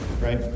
right